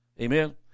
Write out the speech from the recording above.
Amen